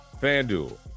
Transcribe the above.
Fanduel